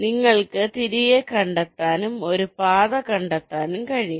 നിങ്ങൾക്ക് തിരികെ കണ്ടെത്താനും ഒരു പാത കണ്ടെത്താനും കഴിയും